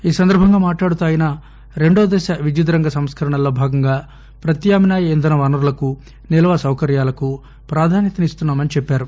ఈ సందర్భంగా మాట్లాడుతూ ఆయన రెండవ దశ విద్యుత్ రంగ సంస్కరణల్లో భాగంగా ప్రత్యామ్నాయ ఇంధన వనరులకు నిల్వ సౌకర్యాలకు ప్రాధాన్యతనిస్తున్నామని చెప్పారు